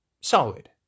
solid